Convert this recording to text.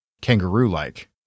kangaroo-like